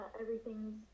everything's